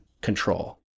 control